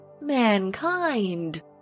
Mankind